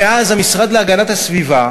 מאז המשרד להגנת הסביבה